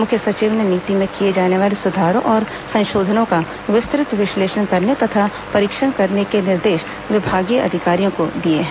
मुख्य सचिव ने नीति में किये जाने वाले सुधारों और संशोधनों का विस्तृत विश्लेषण करने तथा परीक्षण करने के निर्देश विभागीय अधिकारियों को दिए हैं